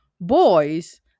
boys